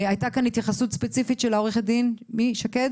הייתה כאן התייחסות ספציפית של עורכת דין שקד.